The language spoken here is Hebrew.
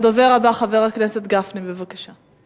הדובר הבא, חבר הכנסת גפני, בבקשה.